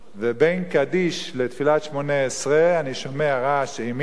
ובין קדיש לתפילת שמונה-עשרה אני שומע רעש אימים